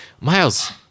Miles